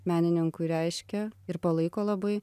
menininkui reiškia ir palaiko labai